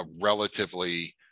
relatively